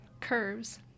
curves